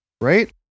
right